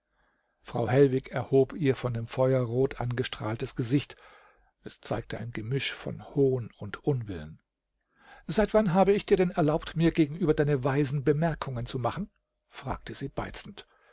frau hellwig erhob ihr von dem feuer rot angestrahltes gesicht es zeigte ein gemisch von hohn und unwillen seit wann habe ich dir denn erlaubt mir gegenüber deine weisen bemerkungen zu machen fragte sie beizend